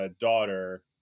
daughter